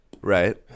right